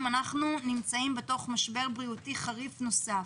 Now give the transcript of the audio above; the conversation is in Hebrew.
אם ניכנס למשבר בריאותי נוסף.